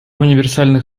универсальный